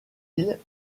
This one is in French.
îles